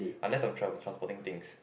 unless I'm trav~ transporting things